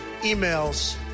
emails